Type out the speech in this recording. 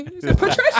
Patricia